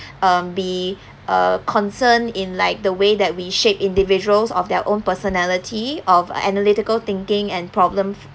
um be uh concern in like the way that we shape individuals of their own personality of analytical thinking and problems